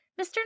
Mr